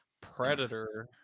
Predator